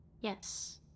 Yes